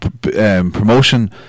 promotion